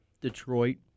Detroit